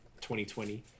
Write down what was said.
2020